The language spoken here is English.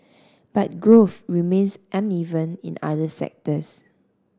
but growth remains uneven in other sectors